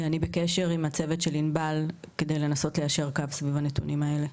אני בקשר עם הצוות של ענבל כדי לנסות ליישר קו עם הנתונים האלו.